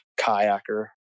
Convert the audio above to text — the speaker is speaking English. kayaker